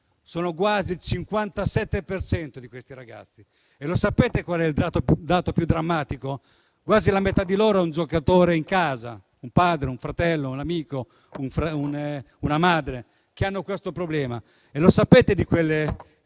Quasi il 57 per cento. E sapete qual è il dato più drammatico? Quasi la metà di loro ha un giocatore in casa: un padre, un fratello, un amico, una madre, che hanno questo problema. E sapete, di questo